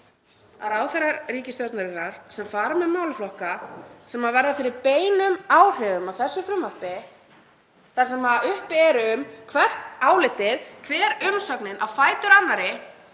að ráðherrar ríkisstjórnarinnar, sem fara með málaflokka sem verða fyrir beinum áhrifum af þessu frumvarpi, þar sem uppi er hvert álitið, hver umsögnin á fætur annarri